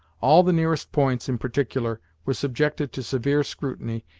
all the nearest points, in particular, were subjected to severe scrutiny,